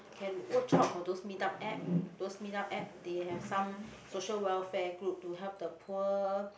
can watch up for those meet up app those meet up app they have some social welfare group to help the poor